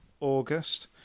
august